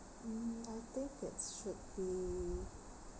mmhmm okay that should be